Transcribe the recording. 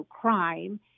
crime